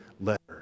letter